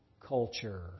culture